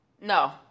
no